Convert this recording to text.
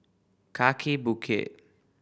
Kaki Bukit